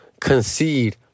Concede